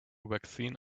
vaccine